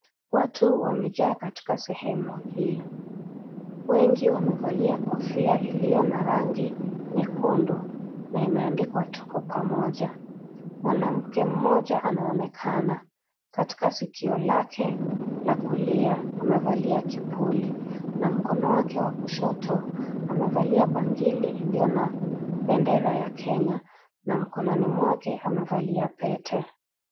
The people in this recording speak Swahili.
Watu wamejaa katika sehemu hii, wengi wamevalia kofia iliyo na rangi nyekundu na imeandikwa tuko pamoja, mwanamke mmoja anaonekana katika sikio lake la kulia amevalia kipuli na mkono wake wa kushoto amevalia bangili iliyo na bendera ya Kenya na mkononi mwake amevalia pete.